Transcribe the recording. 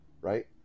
right